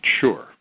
sure